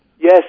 Yes